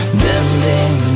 bending